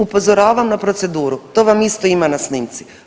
Upozoravam na proceduru, to vam isto ima na snimci.